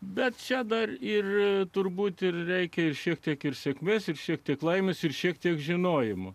bet čia dar ir turbūt ir reikia ir šiek tiek ir sėkmės ir šiek tiek laimės ir šiek tiek žinojimu